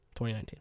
2019